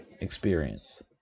experience